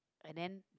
and then